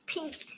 Pink